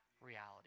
reality